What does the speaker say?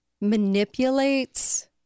manipulates